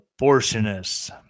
abortionists